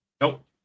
Nope